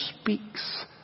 speaks